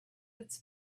its